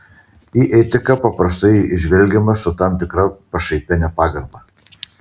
į etiką paprastai žvelgiama su tam tikra pašaipia nepagarba